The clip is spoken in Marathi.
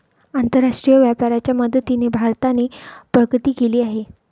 आंतरराष्ट्रीय व्यापाराच्या मदतीने भारताने प्रगती केली आहे